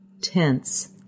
tense